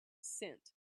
cent